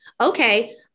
Okay